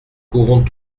pourront